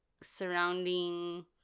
surrounding